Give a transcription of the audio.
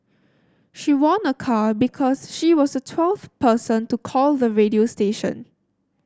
she won a car because she was the twelfth person to call the radio station